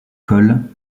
colle